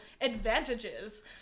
advantages